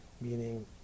meaning